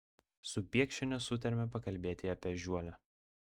su biekšiene sutarėme pakalbėti apie ežiuolę